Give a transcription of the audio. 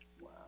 Wow